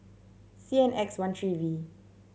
C N X one three V